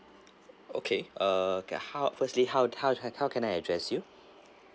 okay uh okay how firstly how how how how can I address you